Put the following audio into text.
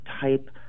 type